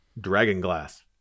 dragonglass